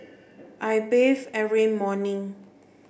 I bathe every morning